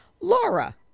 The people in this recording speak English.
Laura